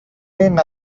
این